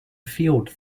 field